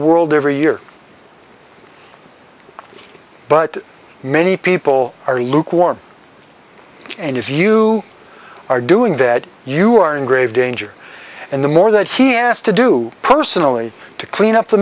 world every year but many people are lukewarm and if you are doing that you are in grave danger and the more that he asked to do personally to clean up the